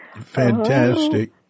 fantastic